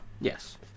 Yes